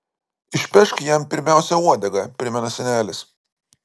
išpešk jam pirmiausia uodegą primena senelis